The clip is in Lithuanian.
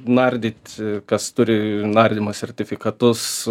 nardyt kas turi nardymo sertifikatus